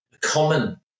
common